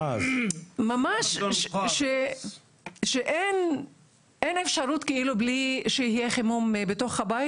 ממש שאין אפשרות כאילו בלי שיהיה חימום בתוך הבית